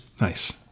Nice